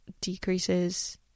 decreases